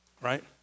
right